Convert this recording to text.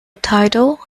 title